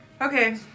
Okay